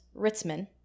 Ritzman